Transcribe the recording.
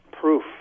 proof